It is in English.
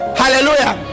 hallelujah